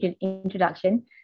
introduction